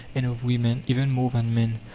and of woman even more than man,